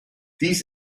dies